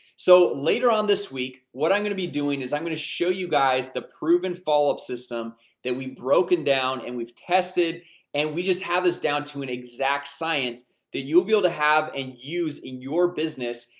so later on this week, what i'm gonna be doing is i'm gonna show you guys the proven follow up system that we've broken down and we've tested and we just have this down to an exact science that you will be able to have and use in your business.